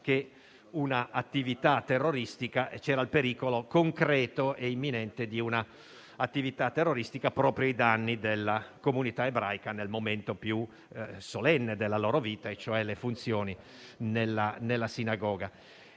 segnalazioni del pericolo concreto e imminente di un'attività terroristica proprio ai danni della comunità ebraica nel momento più solenne della loro vita, cioè le funzioni nella sinagoga.